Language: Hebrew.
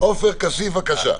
עופר כסיף, בבקשה.